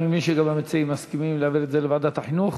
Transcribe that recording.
אני מבין שגם המציעים מסכימים להעביר את זה לוועדת החינוך.